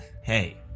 Hey